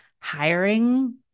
hiring